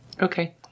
Okay